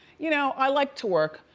you know, i like to work,